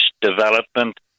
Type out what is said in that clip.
development